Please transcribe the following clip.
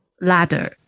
ladder